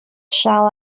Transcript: shall